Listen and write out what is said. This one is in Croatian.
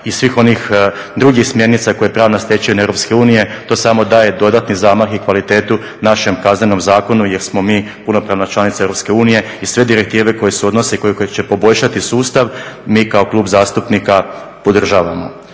i svih onih drugih smjernica koja je pravna stečevina EU. To samo daje dodatni zamah i kvalitetu našem Kaznenom zakonu, jer smo mi punopravna članica EU i sve direktive koje se odnose, koje će poboljšati sustav mi kao klub zastupnika podržavamo.